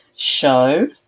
Show